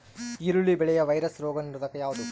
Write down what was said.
ಈರುಳ್ಳಿ ಬೆಳೆಯ ವೈರಸ್ ರೋಗ ನಿರೋಧಕ ಯಾವುದು?